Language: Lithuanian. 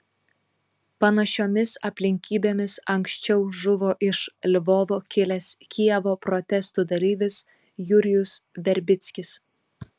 panašiomis aplinkybėmis anksčiau žuvo iš lvovo kilęs kijevo protestų dalyvis jurijus verbickis